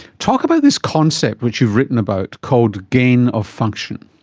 talk about this concept which you've written about called gain of function.